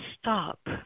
stop